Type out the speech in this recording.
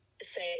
say